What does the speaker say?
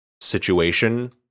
situation